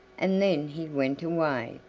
and then he went away.